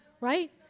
right